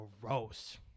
gross